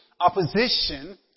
opposition